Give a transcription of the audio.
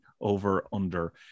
over-under